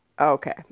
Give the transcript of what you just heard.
Okay